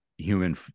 Human